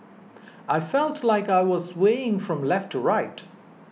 I felt like I was swaying from left to right